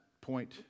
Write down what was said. point